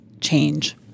change